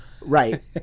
right